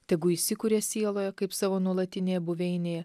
tegu įsikuria sieloje kaip savo nuolatinė buveinė